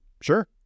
sure